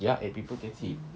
ya eight people can sit